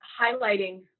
highlighting